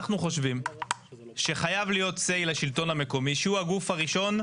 אנחנו חושבים שחייב להיות say לשלטון המקומי שהוא הגוף הראשון.